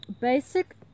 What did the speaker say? basic